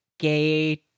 gay